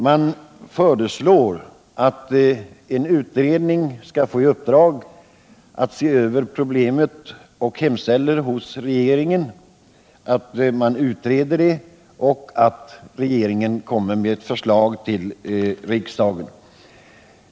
De hemställer att regeringen tillsätter en utredning för att se över problemet och att regeringen därefter framlägger förslag till riksdagen.